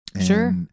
Sure